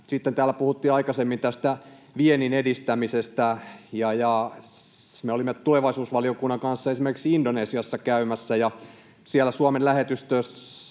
Sitten täällä aikaisemmin puhuttiin tästä viennin edistämisestä. Me olimme tulevaisuusvaliokunnan kanssa esimerkiksi Indonesiassa käymässä, ja siellä Suomen lähetystössä